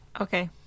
Okay